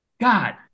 God